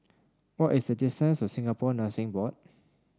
what is the distance to Singapore Nursing Board